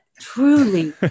truly